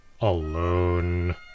alone